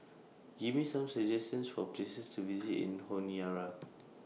Give Me Some suggestions For Places to visit in Honiara